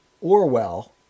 Orwell